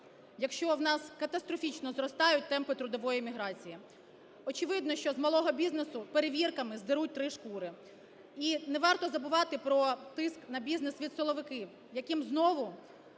якщо у нас катастрофічно зростають темпи трудової міграції? Очевидно, що з малого бізнесу перевірками здеруть три шкури. І не варто забувати про тиск на бізнес від силовиків, яким знову